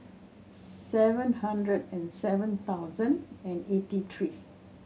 seven hundred and seven thousand and eighty three